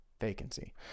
vacancy